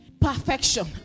perfection